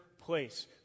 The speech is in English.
place